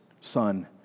son